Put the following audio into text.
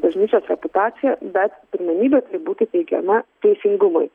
bažnyčios reputaciją bet pirmenybė būtų teikiama teisingumui